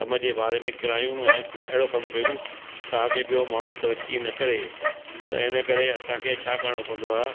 कम जे बारे में किरायूं ऐं कुझु अहिड़ो कमु कयूं ताकी ॿियो माण्हू तरक़ी न करे त इन करे असांखे छा करिणो पवंदो आहे